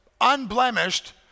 unblemished